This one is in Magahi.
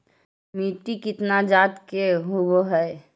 मिट्टी कितना जात के होब हय?